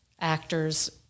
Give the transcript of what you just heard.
actors